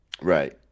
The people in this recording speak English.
Right